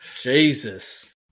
Jesus